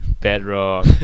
Bedrock